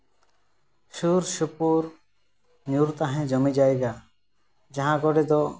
ᱥᱩᱨᱼᱥᱩᱯᱩᱨ ᱧᱩᱨ ᱛᱟᱦᱮᱸ ᱡᱚᱢᱤ ᱡᱟᱭᱜᱟ ᱡᱟᱦᱟᱸ ᱠᱚᱨᱮ ᱫᱚ